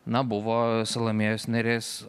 na buvo salomėjos nėries